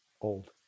Old